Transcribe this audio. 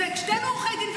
שנינו עורכי דין,